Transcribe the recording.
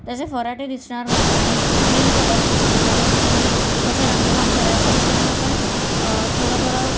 त्याचे फराटे दिसणार नाहीत आणि प्लेन कलर दिसेल ह्यापद्धतीने कसं रंगकाम करायचं हे त्यांना आपण थोडं थोडं